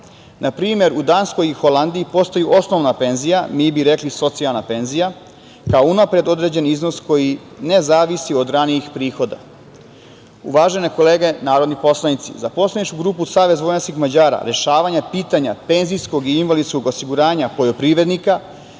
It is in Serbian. Na primer, u Danskoj i Holandiji postoji osnovna penzija, mi bi rekli socijalna penzija, kao unapred određeni iznos koji ne zavisi od ranijih prihoda. Uvažene kolege narodni poslanici, za poslaničku grupu SVM rešavanja pitanja penzijskog i invalidskog osiguranja poljoprivrednika